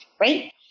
right